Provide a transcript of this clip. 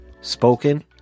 spoken